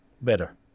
Better